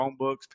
Chromebooks